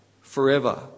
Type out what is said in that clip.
forever